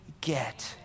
get